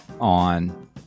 on